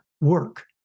work